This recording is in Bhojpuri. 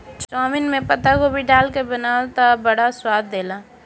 चाउमिन में पातगोभी डाल के बनावअ तअ बड़ा स्वाद देला